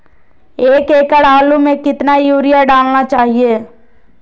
एक एकड़ आलु में कितना युरिया डालना चाहिए?